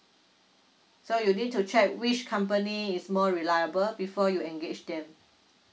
so you need to check which company is more reliable before you engage them